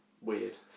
Weird